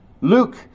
Luke